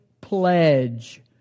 pledge